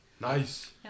Nice